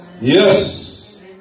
yes